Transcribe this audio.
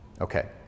Okay